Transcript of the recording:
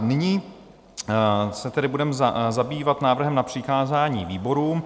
Nyní se tedy budeme zabývat návrhem na přikázání výborům.